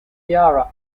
yarra